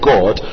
God